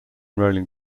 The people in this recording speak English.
rolling